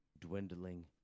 dwindling